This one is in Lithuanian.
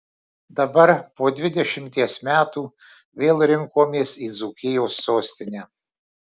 dabar po dvidešimties metų vėl rinkomės į dzūkijos sostinę